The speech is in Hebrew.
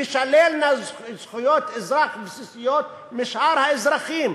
תישללנה זכויות אזרח בסיסיות משאר האזרחים.